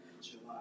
July